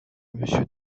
monsieur